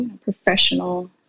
professional